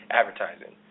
advertising